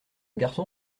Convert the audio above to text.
garçon